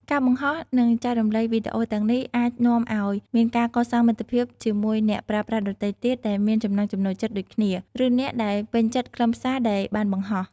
ការបង្ហោះ និងចែករំលែកវីដេអូទាំងនេះអាចនាំឱ្យមានការកសាងមិត្តភាពជាមួយអ្នកប្រើប្រាស់ដទៃទៀតដែលមានចំណង់ចំណូលចិត្តដូចគ្នា ឬអ្នកដែលពេញចិត្តខ្លឹមសារដែលបានបង្ហោះ។